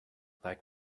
like